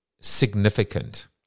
significant